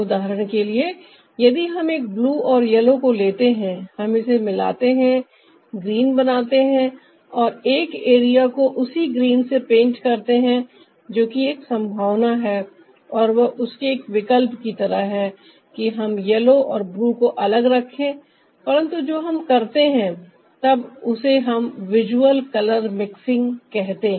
उदाहरण के लिए यदि हम एक ब्लू और येलो को लेते हैं हम इसे मिलाते हैं ग्रीन बनाते हैं और एक एरिया को उसी ग्रीन से पेंट करते हैं जो कि एक संभावना है और वह उसके एक विकल्प की तरह है कि हम येलो और ब्लू को अलग रखें परन्तु जो हम करते हैं तब उसे हम विजुअल कलर मिक्सिंग कहते हैं